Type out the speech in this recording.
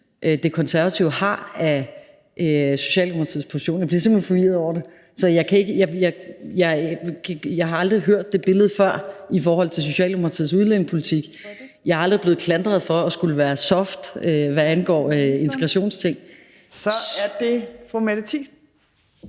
De Konservative har af Socialdemokratiets position. Jeg bliver simpelt hen forvirret over det. Jeg har aldrig set det billede før i forhold til Socialdemokratiets udlændingepolitik, og jeg er aldrig blevet klandret for at skulle være blød, hvad angår integrationsting. Kl. 15:25 Fjerde